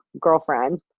girlfriend